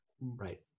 Right